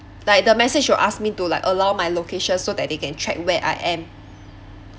like the message will ask me to like allow my locations so that they can track where I am